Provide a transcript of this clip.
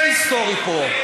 זה היסטורי פה.